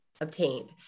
Obtained